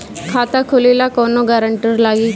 खाता खोले ला कौनो ग्रांटर लागी का?